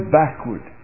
backward